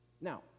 Now